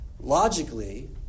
logically